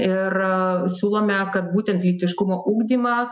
ir siūlome kad būtent lytiškumo ugdymą